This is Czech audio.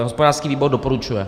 Hospodářský výbor doporučuje.